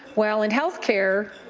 well in health care,